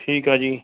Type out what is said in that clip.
ਠੀਕ ਆ ਜੀ